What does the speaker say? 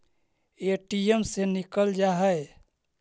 ATM से निकल जा है?